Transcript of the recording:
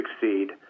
succeed